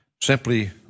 simply